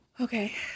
Okay